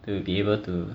to be able to